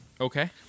Okay